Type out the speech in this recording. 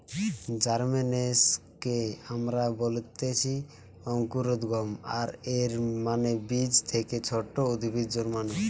জার্মিনেশনকে আমরা বলতেছি অঙ্কুরোদ্গম, আর এর মানে বীজ থেকে ছোট উদ্ভিদ জন্মানো